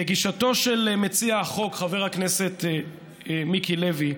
לגישתו של מציע החוק חבר הכנסת מיקי לוי,